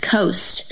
Coast